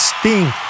Sting